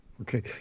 Okay